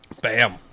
Bam